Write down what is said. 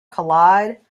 collide